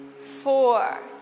Four